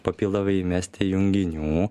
papildomai įmesti junginių